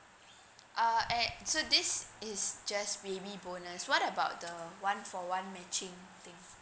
uh at so this is just baby bonus what about the one for one matching thing